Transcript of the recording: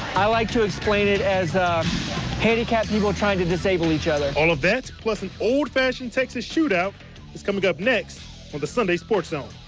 i like to explain it as handicapped people trying to disable each other. all of that plus an old-fashioned texas shootout is coming up next on the sunday sports zone.